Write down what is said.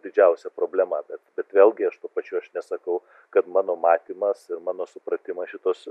didžiausia problema bet vėlgi aš tuo pačiu aš nesakau kad mano matymas ir mano supratimas šituos